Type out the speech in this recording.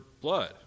blood